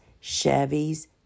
Chevy's